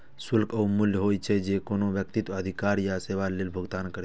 शुल्क ऊ मूल्य होइ छै, जे कोनो व्यक्ति अधिकार या सेवा लेल भुगतान करै छै